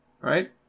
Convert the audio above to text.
right